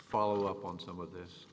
follow up on some of this